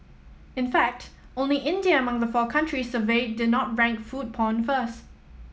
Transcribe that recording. in fact only India among the four countries surveyed did not rank food porn first